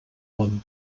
bon